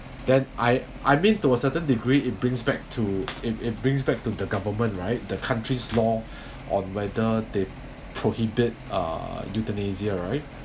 then I I mean to a certain degree it brings back to it it brings back to the government right the country's law on whether they prohibit uh euthanasia right